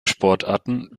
sportarten